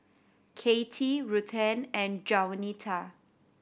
Katie Ruthanne and Jaunita